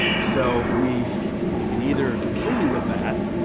so we we can either continue with that